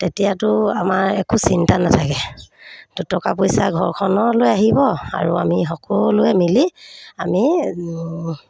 তেতিয়াতো আমাৰ একো চিন্তা নাথাকে তো টকা পইচা ঘৰখনলৈ আহিব আৰু আমি সকলোৱে মিলি আমি